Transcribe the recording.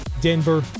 denver